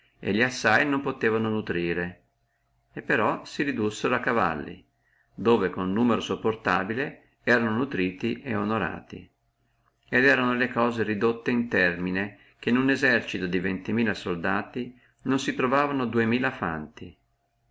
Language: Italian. e li assai non potevano nutrire e però si ridussono a cavalli dove con numero sopportabile erano nutriti et onorati et erono ridotte le cose in termine che in uno esercito di ventimila soldati non si trovava dumila fanti